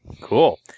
cool